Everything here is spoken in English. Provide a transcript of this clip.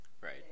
right